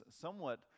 somewhat